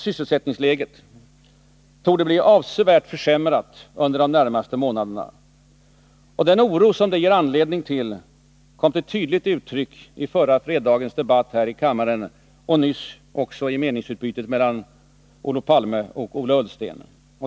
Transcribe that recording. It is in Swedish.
Sysselsättningsläget torde bli avsevärt försämrat under de närmaste månaderna. Den oro som detta ger anledning till kom till tydligt uttryck i förra fredagens debatt här i kammaren och nyss också i meningsutbytet mellan Olof Palme och Ola Ullsten.